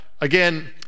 again